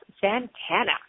Santana